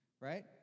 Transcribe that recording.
Right